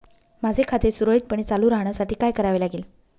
माझे खाते सुरळीतपणे चालू राहण्यासाठी काय करावे लागेल?